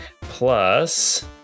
plus